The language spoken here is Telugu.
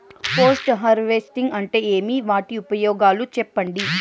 పోస్ట్ హార్వెస్టింగ్ అంటే ఏమి? వాటి ఉపయోగాలు చెప్పండి?